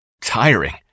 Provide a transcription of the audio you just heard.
tiring